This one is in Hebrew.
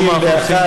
שאילתה מס' 1391,